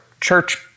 church